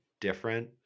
different